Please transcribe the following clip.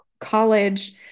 college